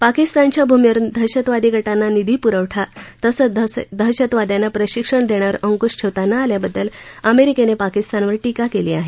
पाकिस्तानच्या भूमीवरुन दहशतवादी गटांना निधीपुरवठा तसंच दहशतवाद्यांना प्रशिक्षण देण्यावर अंकुश ठेवता न आल्याबद्दल अमेरिकेनं पाकिस्तानवर टिका केली आहे